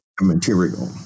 material